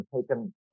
taken